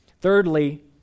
Thirdly